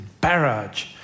barrage